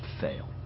fail